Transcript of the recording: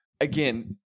again